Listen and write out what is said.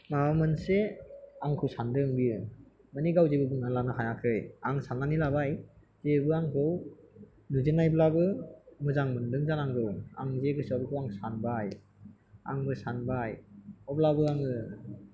माबा मोनसे आंखौ सान्दों बियो माने गाव जेबो बुंना लानो हायाखै आं साननानै लाबाय बेबो आंखौ नुजेनायब्लाबो मोजां मोन्दों जानांगौ आं जे गोसोआव बेखौ आं सानबाय आंबो सानबाय अब्लाबो आङो